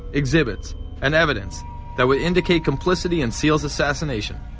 exhibits and evidence that would indicate complicity in seal's assassination.